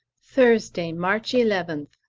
thursday, march eleventh.